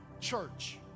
church